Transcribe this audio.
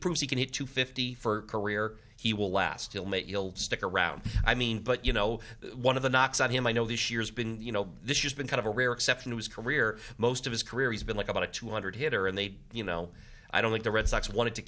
proves he can get to fifty for career he will last till may you'll stick around i mean but you know one of the knocks on him i know this year's been you know this has been kind of a rare exception to his career most of his career he's been like about a two hundred hitter and they you know i don't think the red sox wanted to